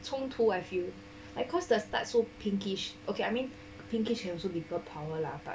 冲突 I feel like cause the start so pinkish okay I mean pinkish can also be girl power lah